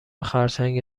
خرچنگ